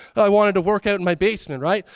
i wanted to workout in my basement, right.